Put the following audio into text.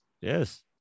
Yes